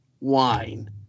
wine